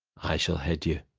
i shall head you.